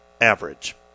average